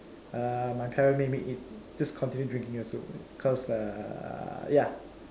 uh my parent made me eat just continue drinking your soup cause uh ya